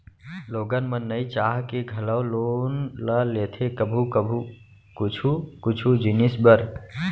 लोगन मन नइ चाह के घलौ लोन ल लेथे कभू कभू कुछु कुछु जिनिस बर